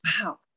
wow